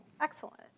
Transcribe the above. Excellent